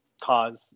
cause